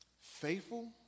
Faithful